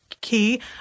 key